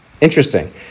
Interesting